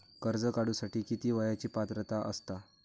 कर्ज काढूसाठी किती वयाची पात्रता असता?